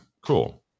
cool